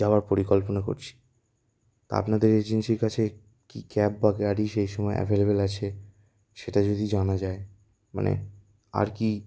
যাওয়ার পরিকল্পনা করছি তা আপনাদের এজেন্সির কাছে কী ক্যাব বা গাড়ি সেই সময় অ্যাভেলেবল আছে সেটা যদি জানা যায় মানে আর কী